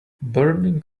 burning